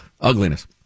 ugliness